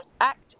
act